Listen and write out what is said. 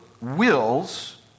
wills